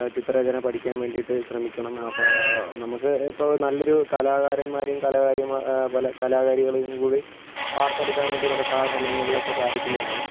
ചിത്രരചന പഠിക്കാൻ വേണ്ടിയിട്ട് ശ്രമിക്കണം അപ്പോൾ നമുക്ക് ഇപ്പോൾ നല്ലൊരു കലാകാരന്മാരെയും കലാകാരിമാ പല കലാകാരികളെയും കൂടി വാർത്തെടുക്കാൻ വേണ്ടി നമുക്ക് ആ സമയങ്ങളിലൊക്കെ സാധിക്കുന്നതാണ്